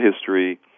history